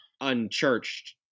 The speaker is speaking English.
unchurched